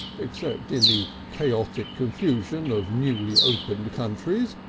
except in the chaotic confusions of newly opened countries,